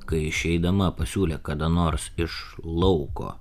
kai išeidama pasiūlė kada nors iš lauko